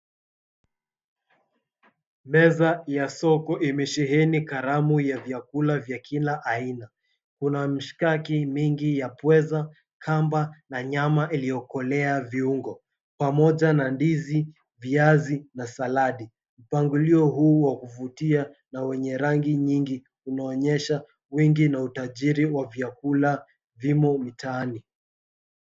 Meza ya soko imesheheni karamu ya vyakula vya kila aina. Kuna mishikaki mingi ya pweza, kamba na nyama iliyokolea viungo, pamoja na ndizi, viazi na saladi. Mpangilio huu wa kuvutia na wenye rangi nyingi unaonyesha wingi na utajiri wa vyakula vimo mitaani.